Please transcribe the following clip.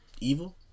Evil